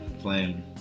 playing